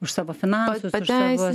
už savo finansus už savo sveikatą